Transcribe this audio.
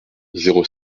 zéro